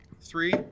three